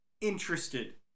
interested